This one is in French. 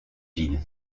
ville